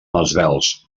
esvelts